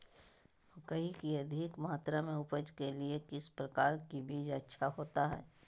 मकई की अधिक मात्रा में उपज के लिए किस प्रकार की बीज अच्छा होता है?